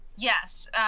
Yes